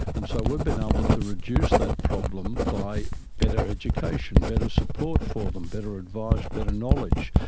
and so we've been able to reduce that problem by better education, better support for them, better advice, better knowledge.